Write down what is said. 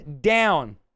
down